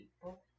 people